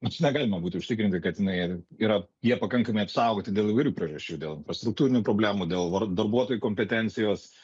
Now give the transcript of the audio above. mes negalime būti užtikrinti kad jinai yra jie pakankamai apsaugoti dėl įvairių priežasčių dėl struktūrinių problemų dėl darbuotojų kompetencijos